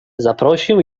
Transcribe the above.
zaprosił